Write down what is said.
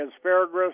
asparagus